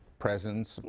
presents,